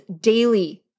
daily